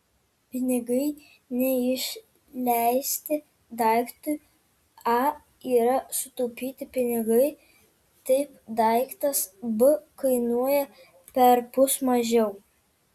pinigai neišleisti daiktui a yra sutaupyti pinigai taip daiktas b kainuoja perpus mažiau